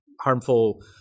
harmful